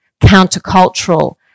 countercultural